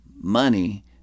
money